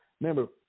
Remember